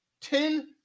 Ten